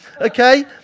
Okay